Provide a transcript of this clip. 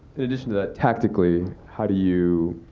in addition to that, tactically, how do you